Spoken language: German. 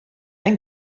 ein